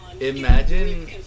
Imagine